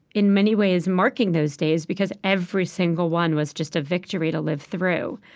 in many ways, marking those days because every single one was just a victory to live through.